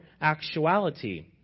actuality